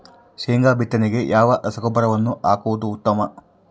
ಶೇಂಗಾ ಬಿತ್ತನೆಗೆ ಯಾವ ರಸಗೊಬ್ಬರವನ್ನು ಹಾಕುವುದು ಉತ್ತಮ?